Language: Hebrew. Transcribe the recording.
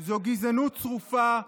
הם גזענות צרופה,